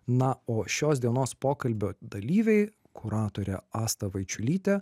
na o šios dienos pokalbio dalyviai kuratorė asta vaičiulytė